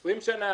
20 שנה,